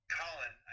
colin